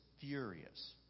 furious